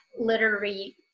literary